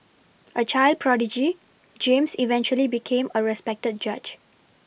a child prodigy James eventually became a respected judge